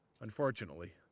Unfortunately